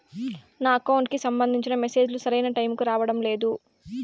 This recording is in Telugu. నా అకౌంట్ కి సంబంధించిన మెసేజ్ లు సరైన టైముకి రావడం లేదు